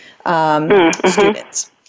students